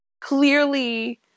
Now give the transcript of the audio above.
clearly